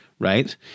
Right